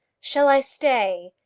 shall i stay?